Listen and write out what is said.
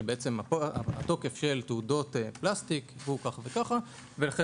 שתוקף תעודות פלסטיק הוא כזה וכזה.